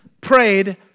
prayed